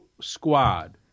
squad